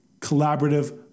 collaborative